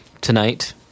tonight